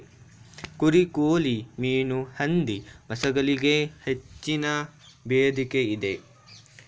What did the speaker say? ಕುರಿ, ಕೋಳಿ, ಮೀನು, ಹಂದಿ ಮಾಂಸಗಳಿಗೆ ಹೆಚ್ಚಿನ ಬೇಡಿಕೆ ಇದೆ